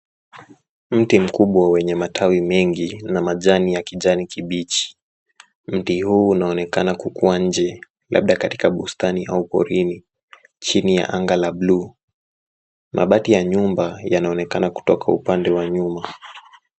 Mti mkubwa wenye matawi mengi na majani ya kijani kibichi. Mti huu unaonekana kukua nje labda katika bustani au porini. Chini ya anga la bluu mabati ya nyumba yanaonekana kutoka upande ya nyuma.